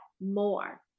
more